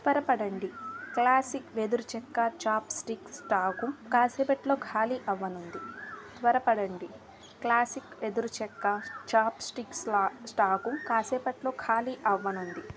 త్వరపడండి క్లాసిక్ వెదురుచెక్క chopstick stock కాసేపట్లో ఖాళీ అవ్వనుంది త్వరపడండి క్లాసిక్ వెదురుచెక్క చాప్ స్టిక్ స్లా స్టాకు కాసేపట్లో ఖాళీ అవ్వనుంది